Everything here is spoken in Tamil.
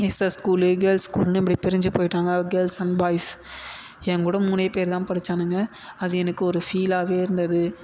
எஸ் எஸ் ஸ்கூலு கேர்ள்ஸ் ஸ்கூல்னு இப்படி பிரிஞ்சு போய்விட்டாங்க கேர்ள்ஸ் அண்ட் பாய்ஸ் என் கூட மூணே பேர் தான் படித்தானுங்க அது எனக்கு ஒரு ஃபீலாகவே இருந்தது